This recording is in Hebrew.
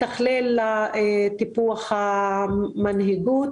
מתכלל טיפוח מנהיגות.